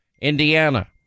Indiana